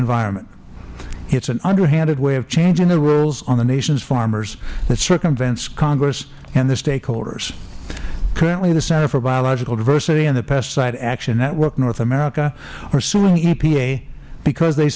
environment it is an underhanded way of changing the rules on the nations farmers that circumvents congress and the stakeholders currently the center for biological diversity and the pesticide action network north america are suing epa because they